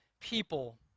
people